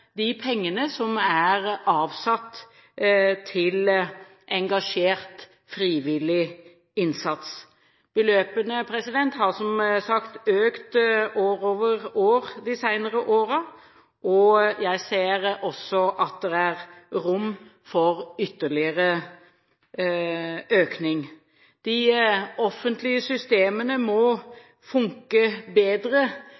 de pengene som er avsatt til engasjert, frivillig innsats. Beløpene har som sagt økt år for år de senere årene, og jeg ser også at det er rom for ytterligere økning. De offentlige systemene